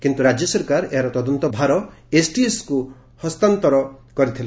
କିନ୍ତୁ ରାଜ୍ୟ ସରକାର ଏହାର ତଦନ୍ତ ଭାର ଏଟିଏସ୍କୁ ହସ୍ତାନ୍ତର କରିଥିଲେ